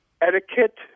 etiquette